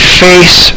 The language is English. face